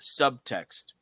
subtext